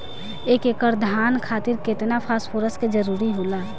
एक एकड़ धान खातीर केतना फास्फोरस के जरूरी होला?